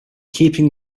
keeping